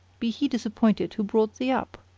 be he disappointed who brought thee up!